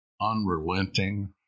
unrelenting